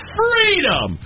freedom